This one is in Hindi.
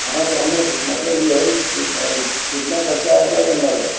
हाँ तो हमे मतलब ये है कितना ख़र्च आ जाएगा अंदाज़ा